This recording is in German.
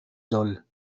soll